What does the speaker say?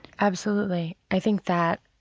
absolutely. i think that